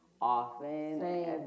often